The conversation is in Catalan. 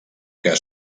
que